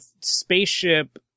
spaceship